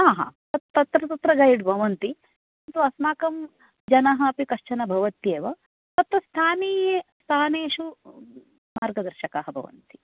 हा हा तत्र तत्र गैड् भवन्ति किन्तु अस्माकं जनः अपि कश्चन भवत्येव तत्स्थानीये स्थानेषु मार्गदर्शकाः भवन्ति